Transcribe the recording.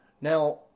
Now